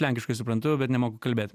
lenkiškai suprantu bet nemoku kalbėt